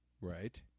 Right